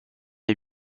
est